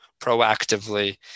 proactively